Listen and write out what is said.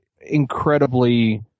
incredibly